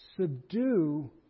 subdue